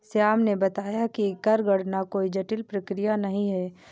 श्याम ने बताया कि कर गणना कोई जटिल प्रक्रिया नहीं है